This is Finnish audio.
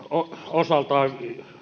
osaltaan